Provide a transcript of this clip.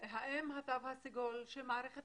האם התו הסגול של מערכת